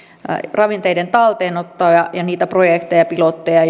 ravinteiden talteenottoa ja ja niitä projekteja ja pilotteja